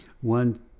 One